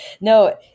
No